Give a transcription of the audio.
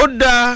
Oda